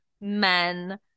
men